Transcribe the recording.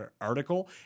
article